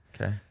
Okay